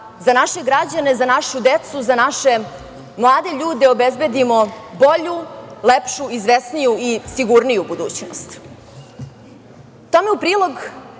za naše građane, za našu decu, za naše mlade ljude obezbedimo bolju, lepšu, izvesniju i sigurniju budućnost. Tome u prilog